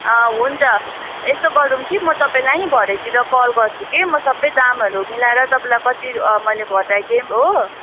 अँ हुन्छ यस्तो गरौँ कि म तपाईँलाई नि भरेतिर कल गर्छु कि म सबै दामहरू मिलाएर तपाईँलाई कति मैले घटाइदिएँ हो